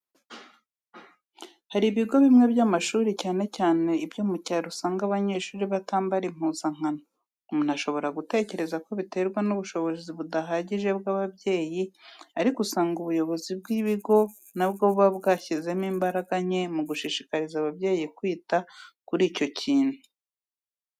Hari ibigo bimwe by'amashuri cyane cyane ibyo mu cyaro usanga abanyeshuri batambara impuzankano, umuntu ashobora gutekereza ko biterwa n'ubushobozi budahagije bw'ababyeyi ariko usanga ubuyobozi bw'ibigo na bwo buba bwashyizemo imbaraga nke mu gushishikariza ababyeyi kwita kuri icyo kintu.